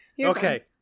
Okay